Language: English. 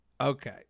okay